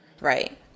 Right